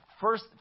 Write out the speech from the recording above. first